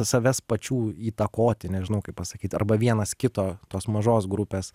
savęs pačių įtakoti nežinau kaip pasakyt arba vienas kito tos mažos grupės